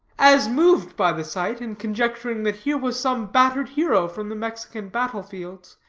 as moved by the sight, and conjecturing that here was some battered hero from the mexican battle-fields,